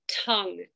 tongue